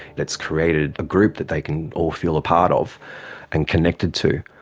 it's created a group that they can all feel a part of and connected to.